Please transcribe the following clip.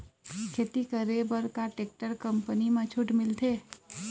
खेती करे बर का टेक्टर कंपनी म छूट मिलथे?